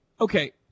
Okay